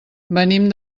venim